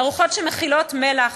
ארוחות שמכילות מלח,